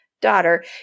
daughter